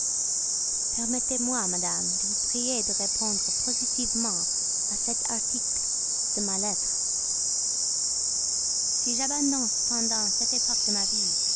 permettez-moi madame de vous prier de répondre positivement à cet article de ma lettre si j'abandonne cependant cette époque de ma vie